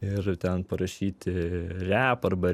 ir ten parašyti rep arba